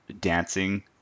dancing